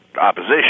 opposition